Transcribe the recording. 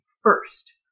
first